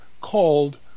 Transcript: called